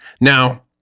now